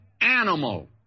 animal